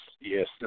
yes